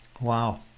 Wow